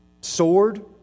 sword